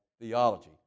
theology